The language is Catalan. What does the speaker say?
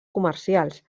comercials